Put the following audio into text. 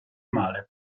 male